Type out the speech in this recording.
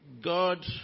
God